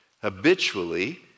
habitually